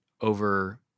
over